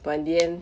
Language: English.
but in the end